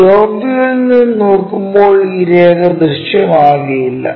top വ്യൂവിൽ നിന്ന് നോക്കുമ്പോൾ ഈ രേഖ ദൃശ്യമാകില്ല